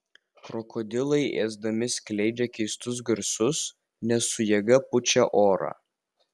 krokodilai ėsdami skleidžia keistus garsus nes su jėga pučia orą